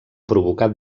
provocar